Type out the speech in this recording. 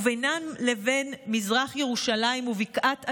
ובינם לבין מזרח ירושלים ובקעת הירדן,